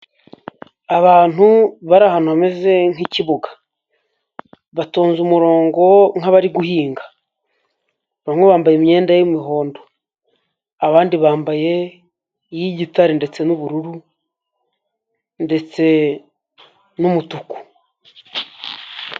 Abantu bari ahantu hameze nk'ikibuga, batonze umurongo nk'abari guhinga. Bamwe bambaye imyenda y'umuhondo, abandi bambaye iy'igitare ndetse n'ubururu, ndetse n'umutuku.